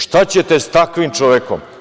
Šta ćete sa takvim čovekom?